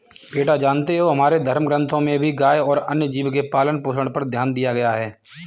बेटा जानते हो हमारे धर्म ग्रंथों में भी गाय और अन्य जीव के पालन पोषण पर ध्यान दिया गया है